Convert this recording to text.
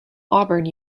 auburn